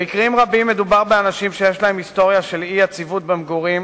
במקרים רבים מדובר באנשים שיש להם היסטוריה של אי-יציבות במגורים